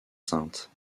sainte